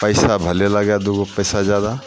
पइसा भनहि लगै दुइ गो पइसा जादा